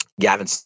Gavin